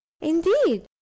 Indeed